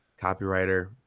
copywriter